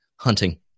hunting